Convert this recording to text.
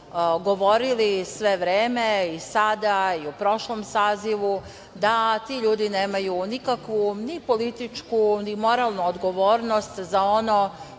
govorili sve vreme, i sada i u prošlom sazivu, da ti ljudi nemaju nikakvu ni političku, ni moralnu odgovornost za ono